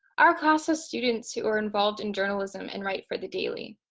our class of students who are involved in journalism and write for the daily,